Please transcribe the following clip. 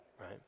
right